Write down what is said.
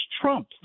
Trump